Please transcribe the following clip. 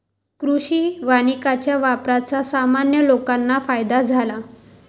कृषी वानिकाच्या वापराचा सामान्य लोकांना फायदा झाला